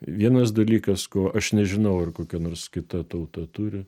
vienas dalykas ko aš nežinau ar kokia nors kita tauta turi